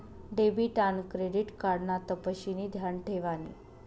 debit आन credit card ना तपशिनी ध्यान ठेवानी